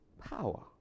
power